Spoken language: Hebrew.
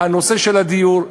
הנושא של הדיור.